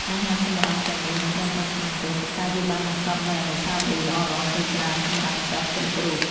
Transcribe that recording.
អាហារសម្រន់ទាំងនេះមិនត្រឹមតែឆ្ងាញ់ទេប៉ុន្តែវាបានបង្កប់នូវអនុស្សាវរីយ៍ល្អៗជាច្រើនសម្រាប់សិស្សគ្រប់រូប។